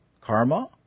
karma